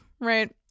right